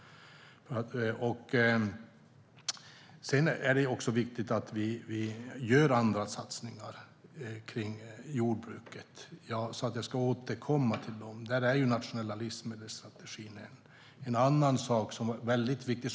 Det är också viktigt att vi gör andra satsningar när det gäller jordbruket. Jag sa att jag ska återkomma till dem. Där är den nationella livsmedelsstrategin något som är väldigt viktigt.